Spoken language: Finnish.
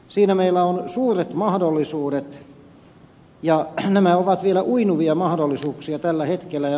siinä meillä on suuret mahdollisuudet ja nämä ovat vielä uinuvia mahdollisuuksia tällä hetkellä